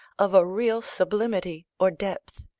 of a real sublimity or depth.